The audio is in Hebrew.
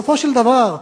בסופו של דבר,